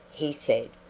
he said,